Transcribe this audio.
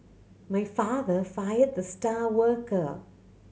my father fired the star worker